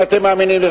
אם אתם מאמינים לי,